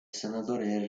senatore